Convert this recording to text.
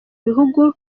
bihugu